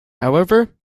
however